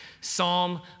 psalm